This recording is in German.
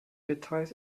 details